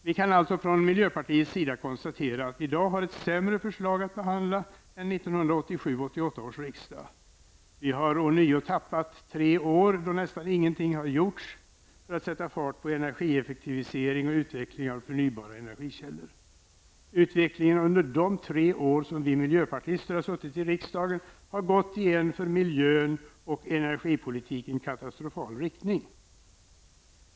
Vi kan alltså från miljöpartiets sida konstatera att vi i dag har ett sämre förslag att behandla än 1987/88 års riksdag. Och vi har ånyo förlorat tre år då nästan ingenting har gjorts för att sätta fart på energieffektivisering och utveckling av de förnybara energikällorna. Utvecklingen under de tre år som vi miljöpartister har suttit i riksdagen har gått i en för miljön och energipolitiken katastrofal riktning.